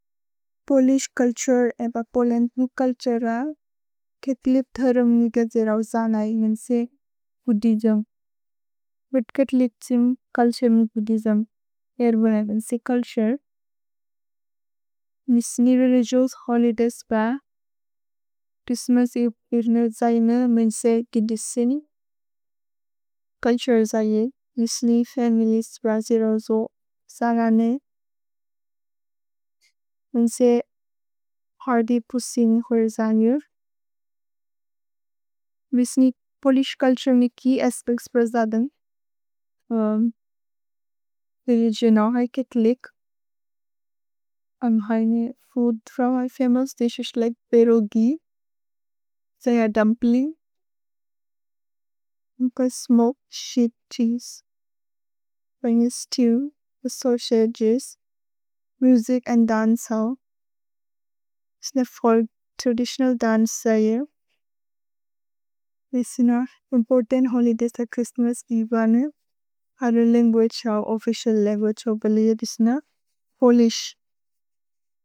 Polish culture एब पोलेन्त्नु कल्त्एर कथ्लिप् धरम् नुकत् जिरव्जन इ वेन्से गुदिजम्। भेत् कथ्लिप् त्सिम् कल्त्एम्नु गुदिजम्, एर्बुन वेन्से कल्त्एर्। निस्नि रेलिगिओउस् होलिदय्स् प, दिस्मस् इप् उर्नुल् जय्ने वेन्से गिदिसिनि। कल्त्एर् जय्ने, निस्नि फमिलिएस् ब्रजिरव्जो जरने, वेन्से हर्दि पुसिन् हुइर् जय्निर्। निस्नि पोलिश् चुल्तुरे निकि अस्पेच्त्स् प्रजदन्। रेलिगिओनौ है कथ्लिक्। अम्हैने फूद् त्रौ है फमोउस्, दिस् इश्त् लिके पिएरोगि। जय्न दुम्प्लिन्ग्। नुकत् स्मोकेद् शीप् छीसे। वेन्गिस् स्तेव्, सौसगेस्। Music and दन्चेऔ। निस्ने फोल्क् त्रदितिओनल् दन्चे जय्ने। निस्न इम्पोर्तन्त् होलिदय्स् त छ्रिस्त्मस् एब ने। हर्देर् लन्गुअगे अव् ओफ्फिचिअल् लन्गुअगे अव् बेलेद् दिस्न। पोलिश्।